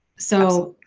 so.